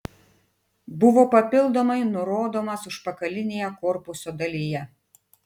buvo papildomai nurodomas užpakalinėje korpuso dalyje